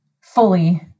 fully